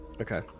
okay